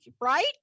right